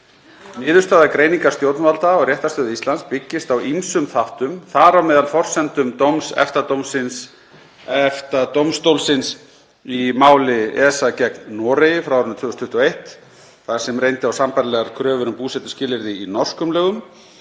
Niðurstaða greiningar stjórnvalda og réttarstöðu Íslands byggist á ýmsum þáttum, þar á meðal forsendum dóms EFTA-dómstólsins í máli ESA gegn Noregi frá árinu 2021 þar sem reyndi á sambærilegar kröfur um búsetuskilyrði í norskum lögum.